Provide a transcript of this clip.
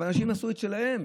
אנשים עשו את שלהם.